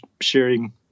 sharing